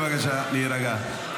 בבקשה להירגע.